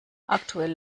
aktuell